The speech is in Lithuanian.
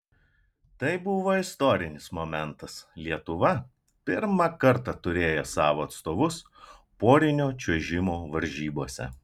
tai buvo istorinis momentas lietuva pirmą kartą turėjo savo atstovus porinio čiuožimo varžybose